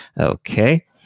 Okay